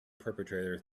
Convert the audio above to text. perpetrator